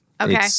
Okay